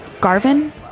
Garvin